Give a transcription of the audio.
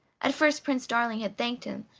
at first prince darling had thanked him,